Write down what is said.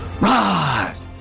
rise